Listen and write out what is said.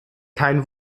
kein